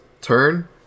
turn